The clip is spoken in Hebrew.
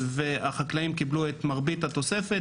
והחקלאים קיבלו את מרבית התוספת,